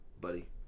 buddy